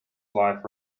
live